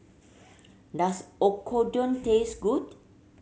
does Oyakodon taste good